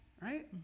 Right